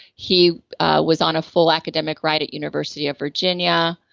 he was on a full academic ride at university of virginia,